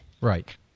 right